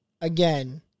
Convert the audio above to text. Again